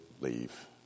leave